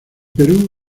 perú